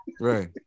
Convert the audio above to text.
Right